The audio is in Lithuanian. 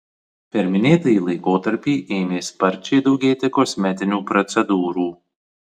per minėtąjį laikotarpį ėmė sparčiai daugėti kosmetinių procedūrų